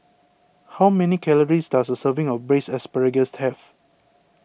how many calories does a serving of Braised Asparagus have